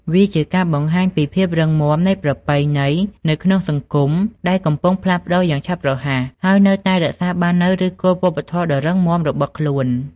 វាជាការបង្ហាញពីភាពរឹងមាំនៃប្រពៃណីនៅក្នុងសង្គមដែលកំពុងផ្លាស់ប្ដូរយ៉ាងឆាប់រហ័ស ហើយនៅតែរក្សាបាននូវឫសគល់វប្បធម៌ដ៏រឹងមាំរបស់ខ្លួន។